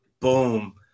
Boom